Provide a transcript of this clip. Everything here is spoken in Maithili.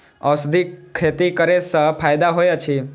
औषधि खेती करे स फायदा होय अछि?